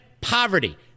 poverty